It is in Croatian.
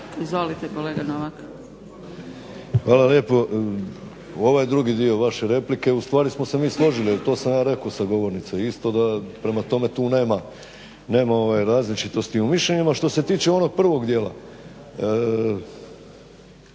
- Stranka rada)** Hvala lijepa. Ovaj drugi dio vaše replike ustvari smo se mi složili jer to sam ja rekao sa govornice isto, prema tome tu nema različitosti u mišljenjima. Što se tiče onog prvog dijela,